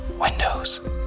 Windows